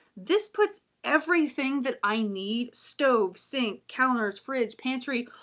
this puts everything that i need, stove, sink, counters fridge, pantry,